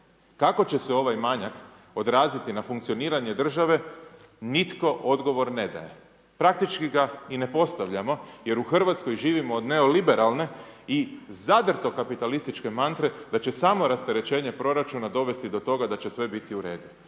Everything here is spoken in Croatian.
kako će se ovaj manjak odraziti na funkcioniranje države, nitko odgovor ne daje. Praktički ga i ne postavljamo jer u RH živimo od neoliberalne i zadrto kapitalističke mantre da će samo rasterećenje proračuna dovesti do toga da će sve biti u redu.